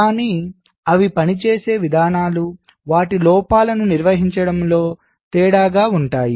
కానీ అవి పనిచేసే విధానాలు వాటి లోపాలను నిర్వహించడంలో తేడాగా ఉంటాయి